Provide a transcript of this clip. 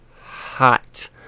hot